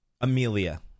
Amelia